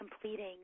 completing